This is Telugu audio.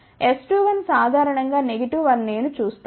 S21 సాధారణం గా నెగిటివ్ అని నేను చూస్తాను